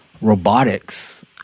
robotics